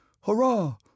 Hurrah